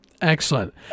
excellent